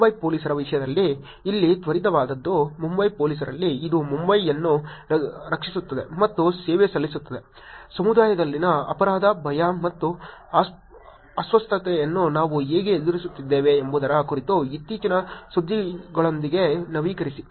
ಮುಂಬೈ ಪೊಲೀಸರ ವಿಷಯದಲ್ಲಿ ಇಲ್ಲಿ ತ್ವರಿತವಾದದ್ದು ಮುಂಬೈ ಪೊಲೀಸರಲ್ಲಿ ಇದು ಮುಂಬೈಯನ್ನು ರಕ್ಷಿಸುತ್ತದೆ ಮತ್ತು ಸೇವೆ ಸಲ್ಲಿಸುತ್ತಿದೆ ಸಮುದಾಯದಲ್ಲಿನ ಅಪರಾಧ ಭಯ ಮತ್ತು ಅಸ್ವಸ್ಥತೆಯನ್ನು ನಾವು ಹೇಗೆ ಎದುರಿಸುತ್ತಿದ್ದೇವೆ ಎಂಬುದರ ಕುರಿತು ಇತ್ತೀಚಿನ ಸುದ್ದಿಗಳೊಂದಿಗೆ ನವೀಕರಿಸಿ